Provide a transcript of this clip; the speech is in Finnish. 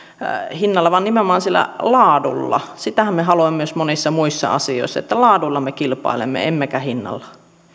hinnalla vaan nimenomaan sillä laadulla sitähän me haluamme myös monissa muissa asioissa että laadulla me kilpailemme emmekä hinnalla